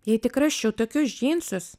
jai tik rasčiau tokius džinsus